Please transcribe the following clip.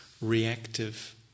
reactive